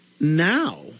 Now